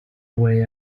way